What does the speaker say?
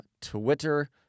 Twitter